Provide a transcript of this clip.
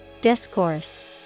Discourse